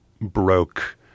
broke